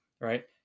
Right